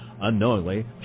Unknowingly